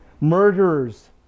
murderers